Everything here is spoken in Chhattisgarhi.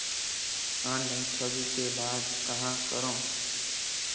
ऑनलाइन ठगी के बाद कहां करों?